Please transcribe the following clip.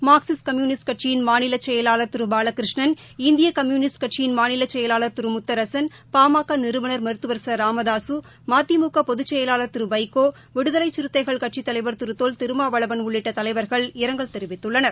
Marxist communist கட்சியின் மாநிலசெயலாளர் திருபாலகிருஷ்ணன் இந்தியகம்யுனிஸ்ட் கட்சியின் மாநிலசெயலாளர் திருமுத்தரசன் பாமகநிறுவனர் மருத்துவர் ச ராமதாக மதிமுகபொதுச்செயலாளர் திருவைகோ விடுதலைசிறுத்தைகள் கட்சித் தலைவர் திருதொல் திருமாவளவன் உள்ளிட்டதலைவர்கள் இரங்கல் தெரிவித்துள்ளனர்